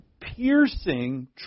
piercing